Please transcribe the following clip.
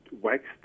waxed